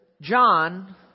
John